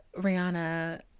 Rihanna